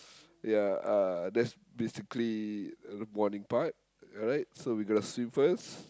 ya uh that's basically morning part alright so we gonna swim first